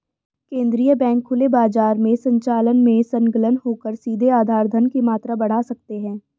केंद्रीय बैंक खुले बाजार के संचालन में संलग्न होकर सीधे आधार धन की मात्रा बढ़ा सकते हैं